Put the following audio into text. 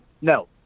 No